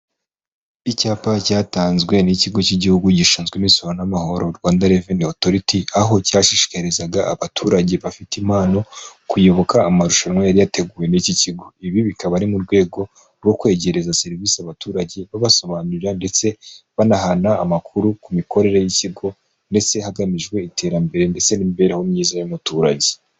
Icyapa cyatanzwe n'ikigo cy'igihugu gishinzwe imisoro n'amahoro Rwanda reveni otoriti, aho cyashishikarizaga abaturage bafite impano kuyoboka amarushanwa yari yateguwe n' iki kigo, ibi bikaba ari mu rwego rwo kwegereza serivisi abaturage, babasobanurira ndetse banahana amakuru ku mikorere y'ikigo ndetse hagamijwe iterambere ndetse n'imibereho myiza y'umuturage